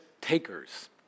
takers